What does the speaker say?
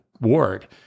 Ward